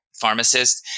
pharmacist